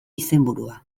izenburua